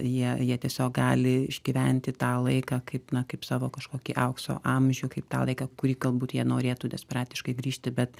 jie jie tiesiog gali išgyventi tą laiką kaip na kaip savo kažkokį aukso amžių kaip tą laiką kurį galbūt jie norėtų desperatiškai grįžti bet